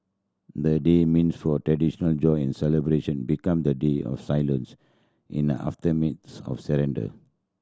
the day meant for a traditional joy and celebration become the day of silence in the aftermath of surrender